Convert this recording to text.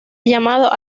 llamado